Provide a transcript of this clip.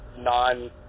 non